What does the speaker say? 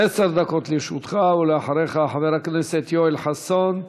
עשר דקות לרשותך, ואחריך, חבר הכנסת יואל חסון,